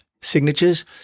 signatures